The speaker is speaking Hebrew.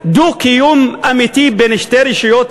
דו-קיום אמיתי בין שתי רשויות,